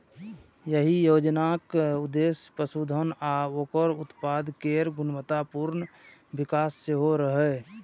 एहि योजनाक उद्देश्य पशुधन आ ओकर उत्पाद केर गुणवत्तापूर्ण विकास सेहो रहै